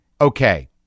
Okay